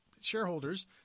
shareholders